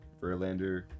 Verlander